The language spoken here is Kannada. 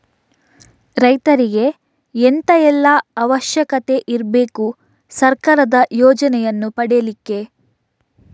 ರೈತರಿಗೆ ಎಂತ ಎಲ್ಲಾ ಅವಶ್ಯಕತೆ ಇರ್ಬೇಕು ಸರ್ಕಾರದ ಯೋಜನೆಯನ್ನು ಪಡೆಲಿಕ್ಕೆ?